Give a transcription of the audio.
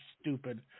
stupid